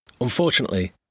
unfortunately